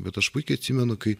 bet aš puikiai atsimenu kai